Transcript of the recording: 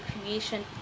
creation